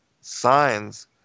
signs